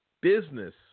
Business